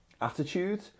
attitude